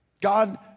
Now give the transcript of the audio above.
God